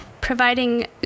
providing